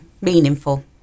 Meaningful